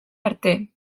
arte